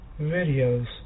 videos